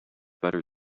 better